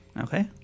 Okay